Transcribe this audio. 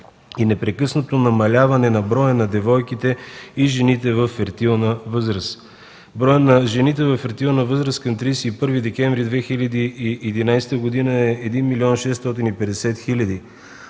и непрекъснато намаляване на броя на девойките и жените във фертилна възраст. Броят на жените във фертилна възраст към 31 декември 2011 г. е 1 650 000.